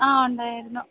ആ ഉണ്ടായിരുന്നു